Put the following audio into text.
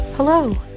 Hello